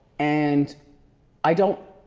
and i don't,